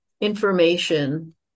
information